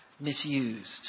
misused